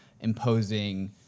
imposing